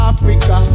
Africa